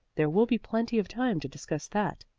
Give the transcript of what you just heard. there will be plenty of time to discuss that.